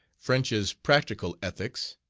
french's practical ethics.